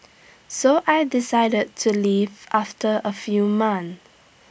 so I decided to leave after A few months